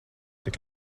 tik